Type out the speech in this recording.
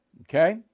Okay